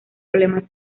problemas